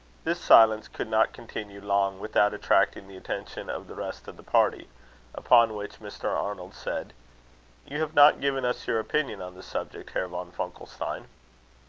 this silence could not continue long without attracting the attention of the rest of the party upon which mr. arnold said you have not given us your opinion on the subject, herr von funkelstein.